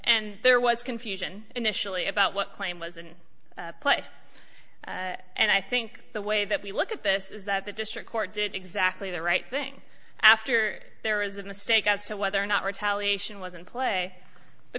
and there was confusion initially about what claim was in play and i think the way that we look at this is that the district court did exactly the right thing after there was a mistake as to whether or not retaliation was in play the